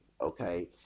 okay